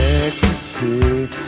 ecstasy